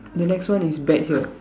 the next one is bet here